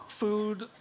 food